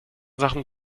sachen